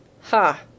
Ha